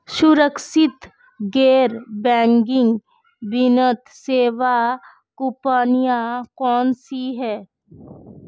सुरक्षित गैर बैंकिंग वित्त सेवा कंपनियां कौनसी हैं?